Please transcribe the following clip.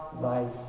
life